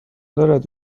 دارد